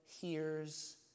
hears